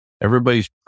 everybody's